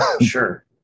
sure